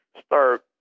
start